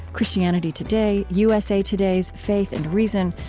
christianity today, usa today's faith and reason,